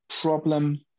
problem